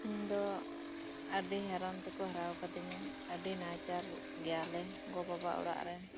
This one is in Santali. ᱤᱧ ᱫᱚ ᱟᱰᱤ ᱦᱟᱨᱚᱱ ᱛᱮᱠᱚ ᱦᱟᱨᱟᱣ ᱠᱟᱫᱤᱧᱟ ᱟᱰᱤ ᱱᱟᱪᱟᱨ ᱜᱮᱭᱟᱞᱮ ᱜᱚ ᱵᱟᱵᱟ ᱚᱲᱟᱜ ᱨᱮ